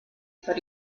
but